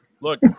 Look